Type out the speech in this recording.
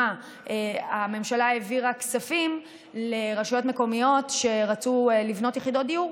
הממשלה העבירה כספים לרשויות מקומיות שרצו לבנות יחידות דיור,